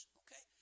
okay